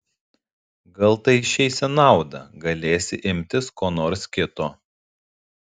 gal tai išeis į naudą galėsi imtis ko nors kito